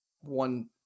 one